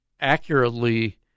accurately